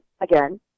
Again